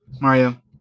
mario